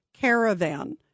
caravan